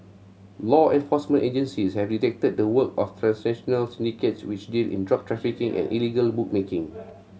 law enforcement agencies have detected the work of transnational syndicates which deal in drug trafficking and illegal bookmaking